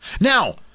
now